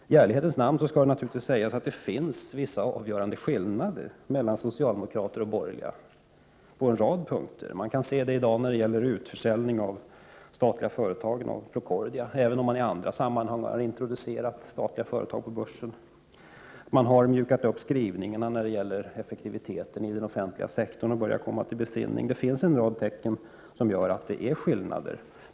I ärlighetens namn skall sägas att det faktiskt finns avgörande skillnader mellan socialdemokrater och borgerliga på en rad punkter. Vi kan t.ex. se detta när det gäller utförsäljningen av de statliga företagen och Procordia, och även i andra sammanhang då man introducerat statliga företag på börsen. Man har mjukat upp skrivningarna när det gäller effektiviteten i den offentliga sektorn. Man börjar komma till besinning. Det finns alltså en rad tecken som tyder på att det är skillnader.